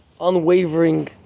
unwavering